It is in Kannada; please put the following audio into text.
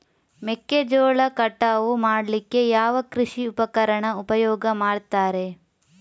ಮೆಕ್ಕೆಜೋಳ ಕಟಾವು ಮಾಡ್ಲಿಕ್ಕೆ ಯಾವ ಕೃಷಿ ಉಪಕರಣ ಉಪಯೋಗ ಮಾಡ್ತಾರೆ?